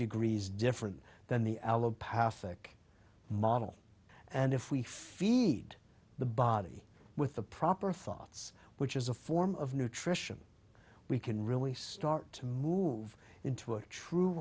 degrees different than the al opacic model and if we feed the body with the proper thoughts which is a form of nutrition we can really start to move into a true